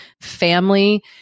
family